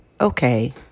okay